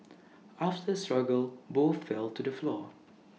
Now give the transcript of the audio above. after the struggle both fell to the floor